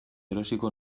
erosiko